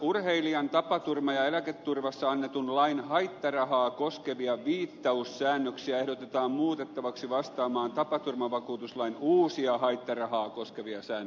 urheilijan tapaturma ja eläketurvasta annetun lain haittarahaa koskevia viittaussäännöksiä ehdotetaan muutettaviksi vastaamaan tapaturmavakuutuslain uusia haittarahaa koskevia säännöksiä